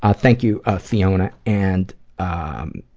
ah thank you ah fiona, and um,